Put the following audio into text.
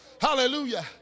Hallelujah